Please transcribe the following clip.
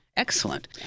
Excellent